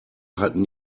hatten